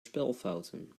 spelfouten